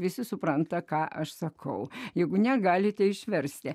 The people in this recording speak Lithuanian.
visi supranta ką aš sakau jeigu negalite išversti